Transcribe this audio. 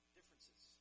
Differences